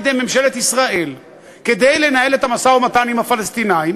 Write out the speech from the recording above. ממשלת ישראל לנהל את המשא-ומתן עם הפלסטינים